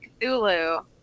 cthulhu